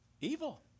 Evil